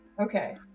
Okay